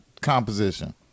composition